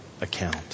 account